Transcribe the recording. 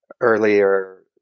earlier